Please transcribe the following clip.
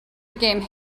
game